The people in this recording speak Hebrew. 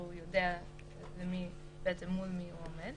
שהוא יודע מול מי הוא עומד.